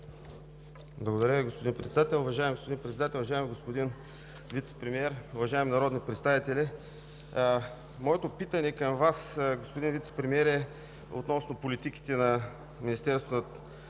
Благодаря Ви, господин Председател. Уважаеми господин Председател, уважаеми господин Вицепремиер, уважаеми народни представители! Моето питане към Вас, господин Вицепремиер, е относно политиките на Министерството на